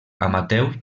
amateur